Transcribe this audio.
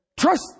Trust